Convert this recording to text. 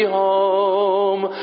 home